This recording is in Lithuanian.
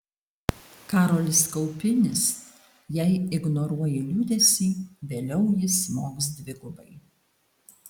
karolis kaupinis jei ignoruoji liūdesį vėliau jis smogs dvigubai